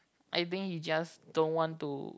I think he just don't want to